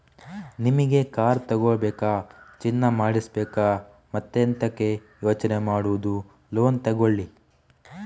ನಿಮಿಗೆ ಕಾರ್ ತಗೋಬೇಕಾ, ಚಿನ್ನ ಮಾಡಿಸ್ಬೇಕಾ ಮತ್ತೆಂತಕೆ ಯೋಚನೆ ಮಾಡುದು ಲೋನ್ ತಗೊಳ್ಳಿ